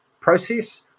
process